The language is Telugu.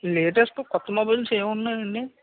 లేటెస్ట్ కొత్త మొబైల్స్ ఏమున్నాయండి